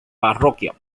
parroquia